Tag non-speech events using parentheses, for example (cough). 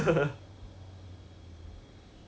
(laughs)